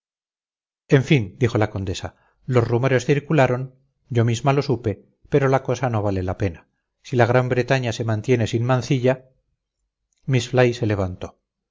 en fin dijo la condesa los rumores circularon yo misma lo supe pero la cosa no vale la pena si la gran bretaña se mantiene sin mancilla miss fly se levantó